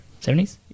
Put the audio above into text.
70s